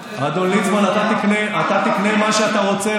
אתה תקנה מה שאתה רוצה,